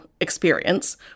experience